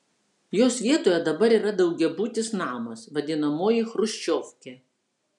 jos vietoje dabar yra daugiabutis namas vadinamoji chruščiovkė